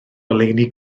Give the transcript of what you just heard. oleuni